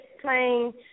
playing